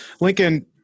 Lincoln